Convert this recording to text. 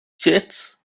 chicks